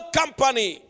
company